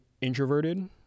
introverted